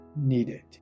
needed